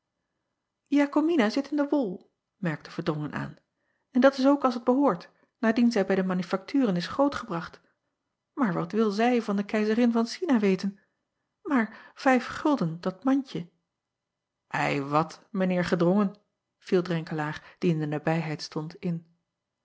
akomina zit in de wol merkte erdrongen aan en dat is ook als t behoort naardien zij bij de manufakturen is grootgebracht aar wat wil zij van de eizerin van ina weten aar vijf gulden dat mandje i wat mijn eer edrongen viel renkelaer die in de nabijheid stond in